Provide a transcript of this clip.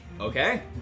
Okay